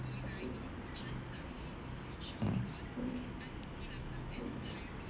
mm